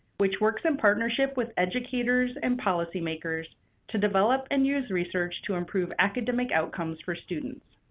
which works in partnership with educators and policymakers to develop and use research to improve academic outcomes for students.